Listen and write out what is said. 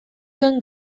zuen